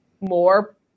more